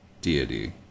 deity